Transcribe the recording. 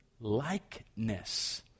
Likeness